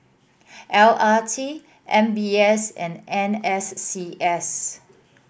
L R T M B S and N S C S